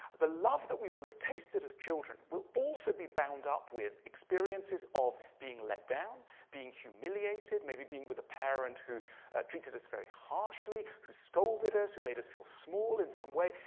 the love that we will have tasted as children will also be bound up with experiences of being let down, being humiliated, maybe being with a parent who treated us very harshly, who scolded us, who made us feel small in some way.